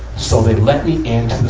so they let me into